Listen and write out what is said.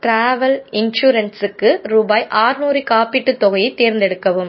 travel இன்சூரன்ஸுக்கு ரூபாய் அறுநூறு காப்பீட்டுத் தொகையை தேர்ந்தெடுக்கவும்